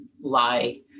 lie